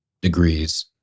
degrees